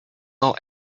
all